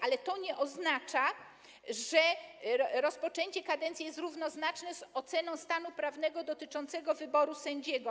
Ale to nie oznacza, że rozpoczęcie kadencji jest równoznaczne z oceną stanu prawnego dotyczącego wyboru sędziego.